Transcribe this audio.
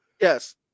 Yes